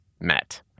met